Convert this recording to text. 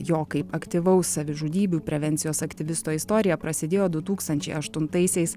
jo kaip aktyvaus savižudybių prevencijos aktyvisto istorija prasidėjo du tūkstančiai aštuntaisiais